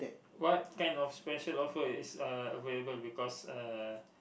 what kind of special offer is uh available because uh